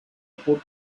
por